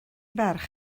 ferch